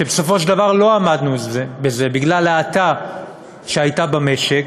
בסופו של דבר לא עמדנו בזה בגלל האטה שהייתה במשק,